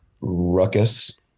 ruckus